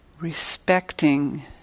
respecting